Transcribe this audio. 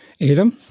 Adam